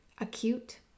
acute